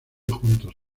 juntos